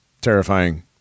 terrifying